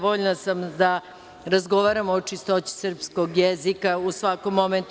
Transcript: Voljna sam da razgovaramo o čistoći srpskog jezika u svakom momentu.